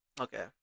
okay